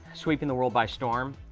sweeping the world by storm.